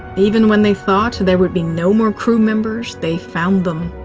even when they thought there would be no more crewmembers, they found them.